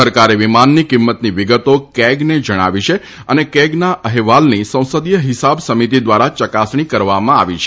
સરકારે વિમાનની કિંમતની વિગતો કેગને જણાની છે અને કેગના અહેવાલની સંસદીય હિસાબ સમિતિ દ્વારા ચકાસણી કરવામાં આવી છે